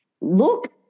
Look